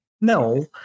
No